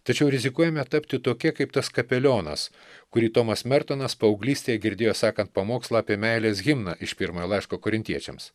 tačiau rizikuojame tapti tokie kaip tas kapelionas kurį tomas mertonas paauglystėje girdėjo sakant pamokslą apie meilės himną iš pirmojo laiško korintiečiams